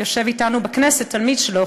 יושב אתנו בכנסת תלמיד שלו,